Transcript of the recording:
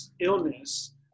illness